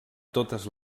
totes